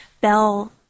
Bell